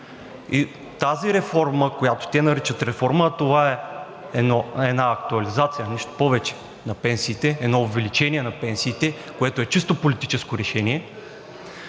И тази реформа, която те наричат реформа, това е една актуализация – нищо повече, на пенсиите, едно увеличение на пенсиите, което е чисто политическо решение.